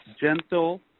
gentle